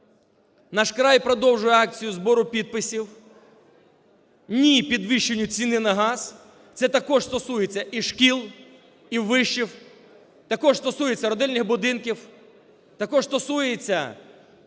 "Наш край" продовжує акцію збору підписів "Ні підвищенню ціни на газ". Це також стосується і шкіл, і вишів, також стосується родильних будинків, також стосується